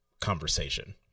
conversation